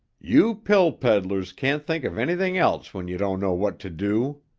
you pill peddlers can't think of anything else when you don't know what to do.